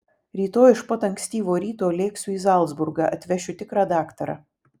rytoj iš pat ankstyvo ryto lėksiu į zalcburgą atvešiu tikrą daktarą